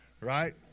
right